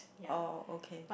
oh okay